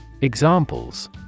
Examples